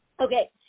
Okay